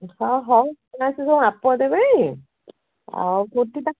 ହଁ ହଉ ଆପଣ ଆସିକି କ'ଣ ମାପ ଦେବେ ଆଉ କୁର୍ତ୍ତୀ ପାଇଁ